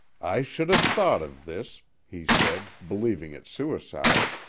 i should have thought of this, he said, believing it suicide.